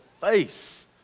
face